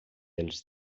els